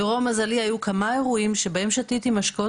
לרוע מזלי היו כמה אירועים שבהם שתיתי משקאות